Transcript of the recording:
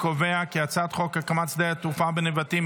להעביר את הצעת חוק הקמת שדה תעופה בנבטים,